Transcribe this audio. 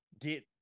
get